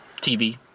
TV